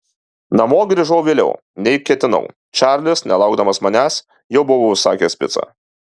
namo grįžau vėliau nei ketinau čarlis nelaukdamas manęs jau buvo užsakęs picą